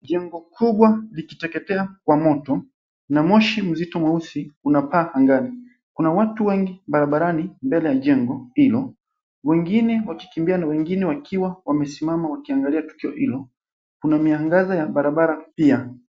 Nyumba kubwa likiteketea kwa moto na moshi mzito mweusi unapaa angani kuna watu wengi barabarani mbele ya jengo hilo wengine wakikimbia na wengine wakiwa wamesimama wakiangalia tukio hilo kuna miangaza ya barabara pia.